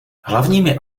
hlavními